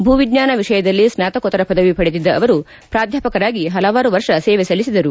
ಭೂವಿಜ್ಞಾನ ವಿಷಯದಲ್ಲಿ ಸ್ನಾತಕೋತ್ತರ ಪದವಿ ಪಡೆದಿದ್ದ ಅವರು ಪ್ರಾಧ್ವಾಪಕರಾಗಿ ಹಲವಾರು ವರ್ಷ ಸೇವೆ ಸಲ್ಲಿಸಿದರು